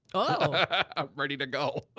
ah i'm ready to go.